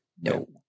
No